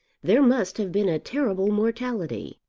there must have been a terrible mortality.